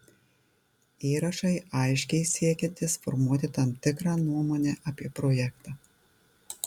įrašai aiškiai siekiantys formuoti tam tikrą nuomonę apie projektą